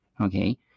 Okay